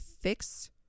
fix